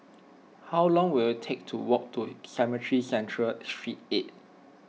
how long will it take to walk to Cemetry Central Street eight